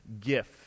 gift